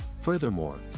Furthermore